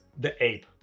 the ape.